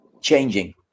changing